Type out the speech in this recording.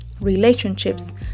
relationships